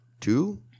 two